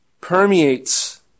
permeates